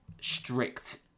strict